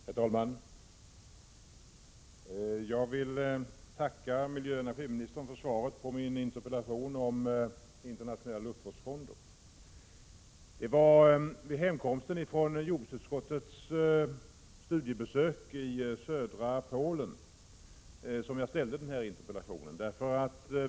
Herr talman! Jag vill tacka miljöoch energiministern för svaret på min interpellation om en internationell luftvårdsfond. Det var vid hemkomsten från jordbruksutskottets studiebesök i södra Polen som jag framställde interpellationen.